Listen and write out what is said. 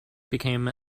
became